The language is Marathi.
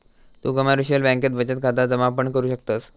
तु कमर्शिअल बँकेत बचत खाता जमा पण करु शकतस